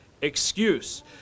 excuse